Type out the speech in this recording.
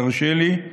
אם תרשה לי,